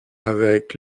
avec